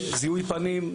זיהוי פנים,